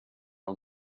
own